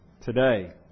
today